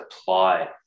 apply